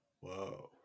whoa